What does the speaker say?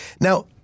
Now